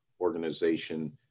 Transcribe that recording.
organization